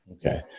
Okay